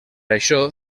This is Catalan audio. això